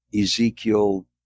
Ezekiel